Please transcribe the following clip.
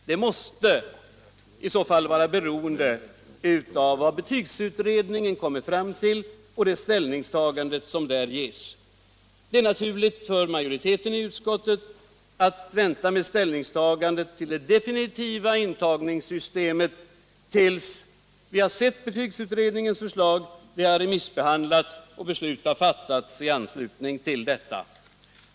Det måste i så fall vara beroende av vad betygsutredningen kommer fram till. För majoriteten i utskottet är det naturligt att vänta med ställningstagandet till det definitiva intagningssystemet tills vi har sett betygsutredningens förslag, det har remissbehandlats och beslut fattats i anslutning till detta.